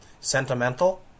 sentimental